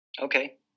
Okay